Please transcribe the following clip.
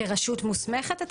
אתה מתכוון כרשות מוסמכת?